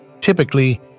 Typically